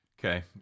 Okay